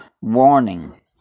warning